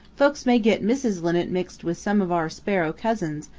folks may get mrs. linnet mixed with some of our sparrow cousins,